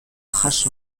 jaso